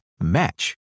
match